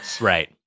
Right